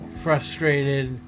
frustrated